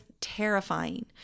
terrifying